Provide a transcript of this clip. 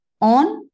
on